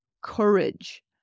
courage